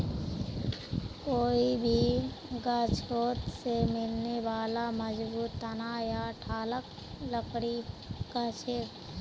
कोई भी गाछोत से मिलने बाला मजबूत तना या ठालक लकड़ी कहछेक